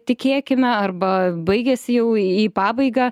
tikėkime arba baigėsi jau į pabaigą